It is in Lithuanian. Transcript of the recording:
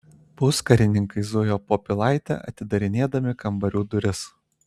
puskarininkiai zujo po pilaitę atidarinėdami kambarių duris